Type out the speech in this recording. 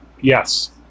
Yes